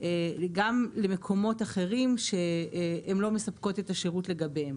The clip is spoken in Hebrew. גם למקומות אחרים שהם לא מספקות את השירות לגביהם.